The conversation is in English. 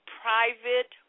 private